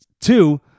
Two